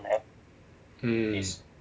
mm